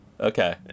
Okay